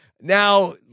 Now